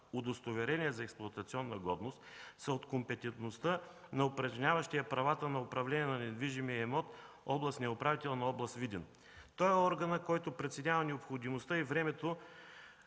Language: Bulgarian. удостоверение за експлоатационна годност, са от компетентността на упражняващия правата на управление на недвижимия имот – областния управител на област Видин. Той е органът, който преценява необходимостта и времето